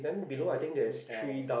anything else